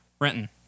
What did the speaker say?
Renton